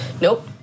Nope